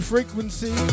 Frequency